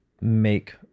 make